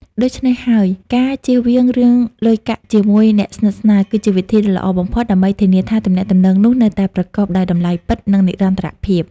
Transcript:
ដូច្នេះហើយ ការជៀសវាងរឿងលុយកាក់ជាមួយអ្នកស្និទ្ធស្នាល គឺជាវិធីដ៏ល្អបំផុតដើម្បីធានាថាទំនាក់ទំនងនោះនៅតែប្រកបដោយតម្លៃពិត និងនិរន្តរភាព។